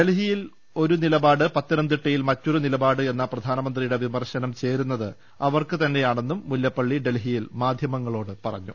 ഡൽഹിയിൽ ഒരു നിലപാട് പത്തനംതിട്ടയിൽ മറ്റൊരു നിലപാട് എന്ന പ്രധാനമന്ത്രിയുടെ വിമർശനം ചേരുന്നത് അവർക്ക് തന്നെയാണെന്നും മുല്ലപ്പള്ളി ഡൽഹിയിൽ മാധ്യമങ്ങളോട് വ്യക്തമാക്കി